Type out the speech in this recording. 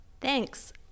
Thanks